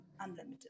unlimited